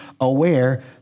aware